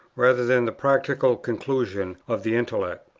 rather than the practical conclusions of the intellect.